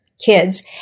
kids